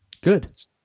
Good